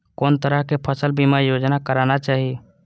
कोन तरह के फसल बीमा योजना कराना चाही?